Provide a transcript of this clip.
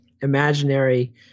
imaginary